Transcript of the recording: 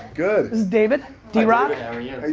good. this is david. the rock how are you?